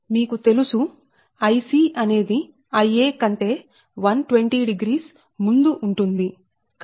మీకు తెలుసు Ic అనేది Ia కంటే 1200 ముందు ఉంటుంది